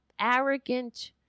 arrogant